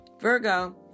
Virgo